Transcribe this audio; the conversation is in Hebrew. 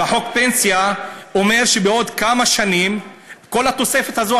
חוק הפנסיה אומר שבעוד כמה שנים לא נצטרך את כל התוספת הזאת,